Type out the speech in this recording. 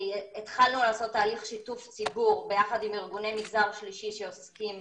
התחלנו לעשות תהליך שיתוף ציבור ביחד עם ארגוני מגזר שלישי שעוסקים